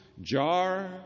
jar